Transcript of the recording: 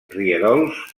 rierols